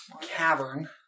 cavern